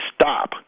stop